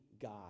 God